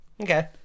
Okay